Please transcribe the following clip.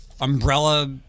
umbrella